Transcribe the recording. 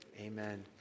amen